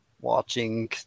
watching